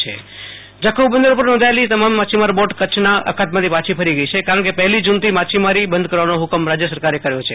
આશુતોષ અંતાણી જખો બંદર જખૌ બંદર ઉપર નોંધાયેલી તમામ માછીમાર બોટ કચ્છ ના અખાત માંથી પાછી ફરી ગઈ છે કારણ કે પહેલી જૂન થી માછીમારી બંધ કરવાનો હુકમ રાજ્ય સરકારે કર્યો છે